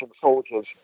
soldiers